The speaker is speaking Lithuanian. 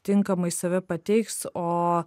tinkamai save pateiks o